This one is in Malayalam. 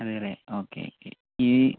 അതെ അല്ലേ ഓക്കെ ഓക്കേ ഈ